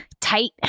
tight